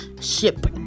Ship